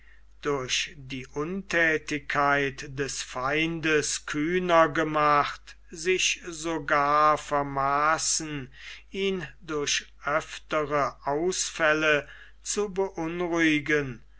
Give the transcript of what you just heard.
durch die unthätigkeit des feinde kühner gemacht sich sogar vermaßen ihn durch öftere ausfälle zu beunruhigen